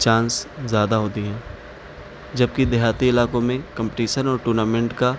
chance زیادہ ہوتی ہیں جبکہ دیہاتی علاقوں میں کمپٹیشن اور ٹورنامنٹ کا